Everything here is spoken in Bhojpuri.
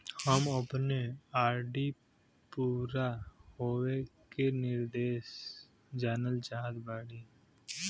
हम अपने आर.डी पूरा होवे के निर्देश जानल चाहत बाटी